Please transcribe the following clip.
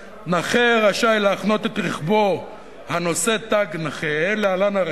(א) נכה רשאי להחנות את רכבו הנושא תג נכה (להלן,